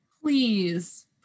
please